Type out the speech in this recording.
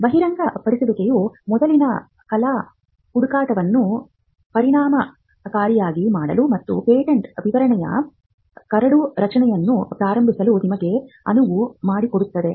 ಬಹಿರಂಗಪಡಿಸುವಿಕೆಯು ಮೊದಲಿನ ಕಲಾ ಹುಡುಕಾಟವನ್ನು ಪರಿಣಾಮಕಾರಿಯಾಗಿ ಮಾಡಲು ಮತ್ತು ಪೇಟೆಂಟ್ ವಿವರಣೆಯ ಕರಡು ರಚನೆಯನ್ನು ಪ್ರಾರಂಭಿಸಲು ನಿಮಗೆ ಅನುವು ಮಾಡಿಕೊಡುತ್ತದೆ